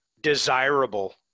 desirable